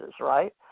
right